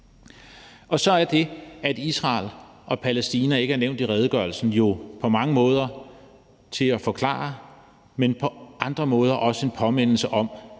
Og så er det, at Israel og Palæstina ikke er nævnt i redegørelsen, jo på mange måder til at forklare, men på andre måder også en påmindelse om,